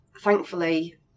thankfully